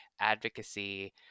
advocacy